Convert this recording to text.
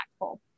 impactful